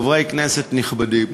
חברי כנסת נכבדים,